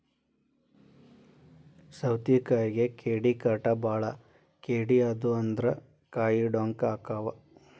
ಸೌತಿಕಾಯಿಗೆ ಕೇಡಿಕಾಟ ಬಾಳ ಕೇಡಿ ಆದು ಅಂದ್ರ ಕಾಯಿ ಡೊಂಕ ಅಕಾವ್